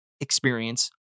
experience